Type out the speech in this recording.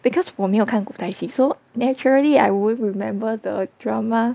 because 我没有看古代戏 so naturally I won't remember the drama